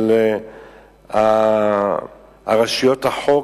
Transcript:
של רשויות החוק,